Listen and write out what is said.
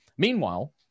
Meanwhile